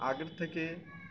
আগের থেকে